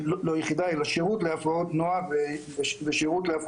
תודה רבה, ד"ר ענבר.